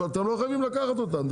אתם לא חייבים לקחת אותם,